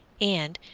and,